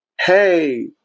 hey